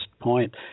Point